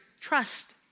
trust